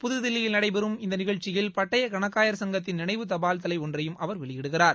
புதுதில்லியில் நடைபெறும் இந்த நிகழ்ச்சியில் பட்டய கணக்காளர் சங்கத்தின் நினைவு தபால் தலை ஒன்றையும் அவர் வெளியிடுகிறார்